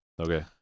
Okay